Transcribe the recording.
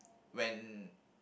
when